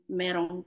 merong